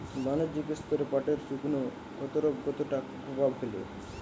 বাণিজ্যিক স্তরে পাটের শুকনো ক্ষতরোগ কতটা কুপ্রভাব ফেলে?